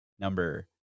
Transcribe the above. number